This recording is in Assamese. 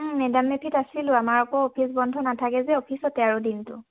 মে ডাম মে ফিত আছিলোঁ আমাৰ আকৌ অফিচ বন্ধ নাথাকে যে অফিচতে আৰু দিনটো